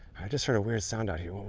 i just heard a weird sound out here.